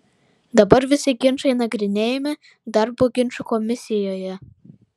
dabar visi ginčai nagrinėjami darbo ginčų komisijoje